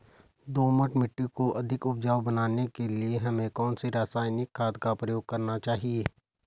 दोमट मिट्टी को अधिक उपजाऊ बनाने के लिए हमें कौन सी रासायनिक खाद का प्रयोग करना चाहिए?